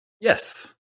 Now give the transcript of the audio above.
Yes